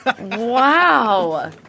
Wow